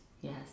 Yes